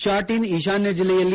ಶಾ ಟನ್ ಈಶಾನ್ಯ ಜಿಲ್ಲೆಯಲ್ಲಿ